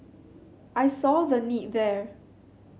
I saw the need there